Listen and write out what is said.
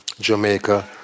Jamaica